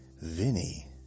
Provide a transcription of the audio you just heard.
Vinny